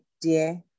dear